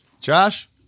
Josh